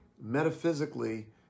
metaphysically